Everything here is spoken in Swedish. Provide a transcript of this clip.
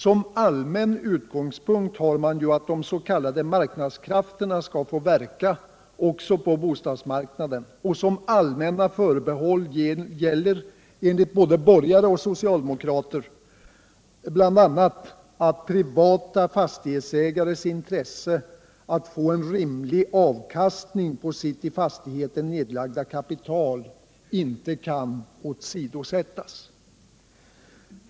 Som allmän utgångspunkt har man ju att de s.k. marknadskrafterna skall få verka också på bostadmarknaden, och som allmänna förbehåll gäller enligt både borgare och socialdemokrater bl.a. att privata fastighetsägares intresse att få en rimlig avkastning på sitt i fastigheten nedlagda kapital inte kan åsidosättas.